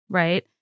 right